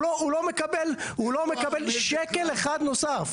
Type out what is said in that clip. הוא לא מקבל שקל אחד נוסף.